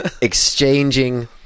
exchanging